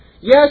Yes